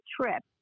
trip